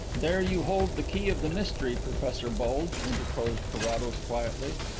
there you hold the key of the mystery, professor bulge, interposed carrados quietly.